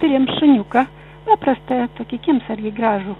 turėjom šuniuką paprastą tokį kiemsargį gražų